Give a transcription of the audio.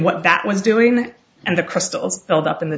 what that was doing and the crystals build up in the